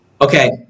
okay